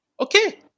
okay